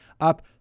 up